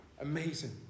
Amazing